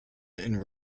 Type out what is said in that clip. and